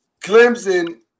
Clemson